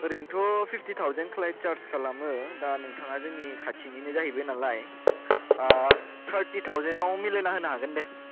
ओरैनोथ' fifty thousand client charge खालामो दा नोंथाङा जोंनि खाथिनिनो जाहैबाय नालाय थार्टि थावजेनाव मिलायना होनो हागोन दे